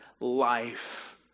life